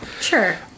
sure